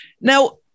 Now